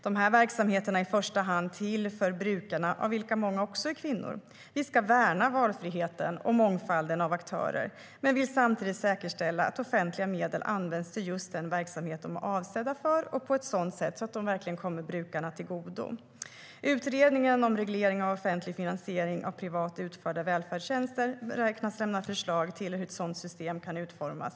Dessa verksamheter är i första hand till för brukarna, av vilka många också är kvinnor. Vi ska värna valfriheten och mångfalden av aktörer men vill samtidigt säkerställa att offentliga medel används till just den verksamhet de är avsedda för och på ett sådant sätt att de kommer brukarna till godo. Utredningen om reglering av offentlig finansiering av privat utförda välfärdstjänster beräknas i november 2016 lämna förslag till hur ett sådant system kan utformas.